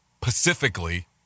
Pacifically